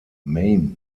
maine